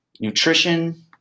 nutrition